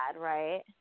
right